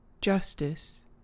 justice